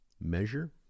measure